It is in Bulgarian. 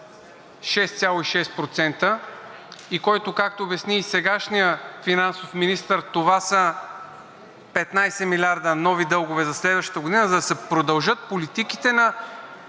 6,6%, и който, както обясни и сегашният финансов министър, това са 15 милиарда нови дългове за следващата година, за да се продължат политиките на